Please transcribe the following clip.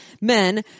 men